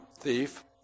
thief